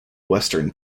western